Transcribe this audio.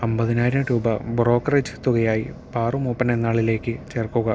അമ്പതിനായിരം രൂപ ബ്രോക്കറേജ് തുകയായി പാറു മൂപ്പൻ എന്ന ആളിലേക്ക് ചേർക്കുക